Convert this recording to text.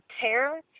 tear